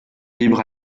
libre